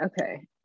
okay